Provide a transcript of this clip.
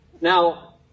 Now